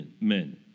men